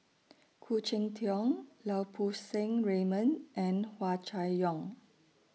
Khoo Cheng Tiong Lau Poo Seng Raymond and Hua Chai Yong